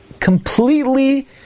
completely